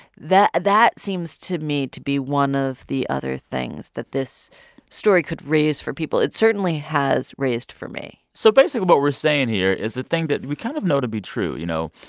that seems, to me, to be one of the other things that this story could raise for people. it certainly has raised for me so, basically, what we're saying here is the thing that we kind of know to be true, you know?